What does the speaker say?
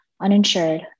uninsured